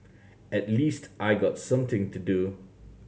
at least I got something to do